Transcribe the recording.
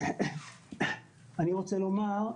אני רוצה לומר,